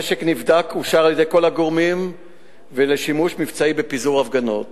הנשק נבדק ואושר על-ידי כל הגורמים לשימוש מבצעי בפיזור הפגנות.